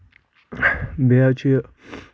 بیٚیہِ حظ چھُ یہِ